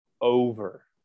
over